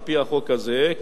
על-פי החוק הזה,